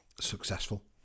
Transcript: successful